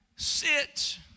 Sit